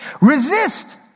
Resist